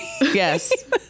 Yes